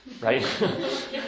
right